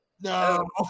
No